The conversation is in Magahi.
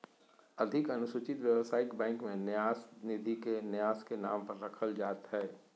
अधिक अनुसूचित व्यवसायिक बैंक में न्यास निधि के न्यास के नाम पर रखल जयतय